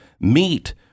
meat